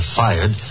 fired